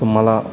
तुम्हाला